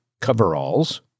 coveralls